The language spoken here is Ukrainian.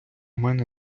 мене